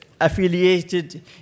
affiliated